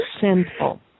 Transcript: sinful